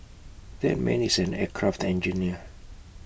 that man is an aircraft engineer